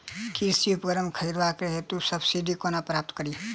कृषि उपकरण खरीदबाक हेतु सब्सिडी कोना प्राप्त कड़ी?